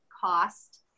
cost